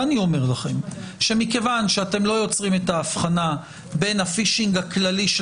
ואני אומר לכם שמכיוון שאתם לא יוצרים את ההבחנה בין הפישינג הכללי של